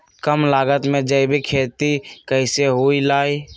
कम लागत में जैविक खेती कैसे हुआ लाई?